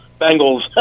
Bengals